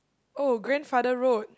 oh grandfather road